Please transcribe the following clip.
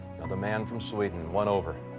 the man from sweden won over.